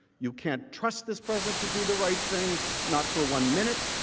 you can't trust this president to do the right thing not for one minute,